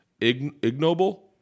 ignoble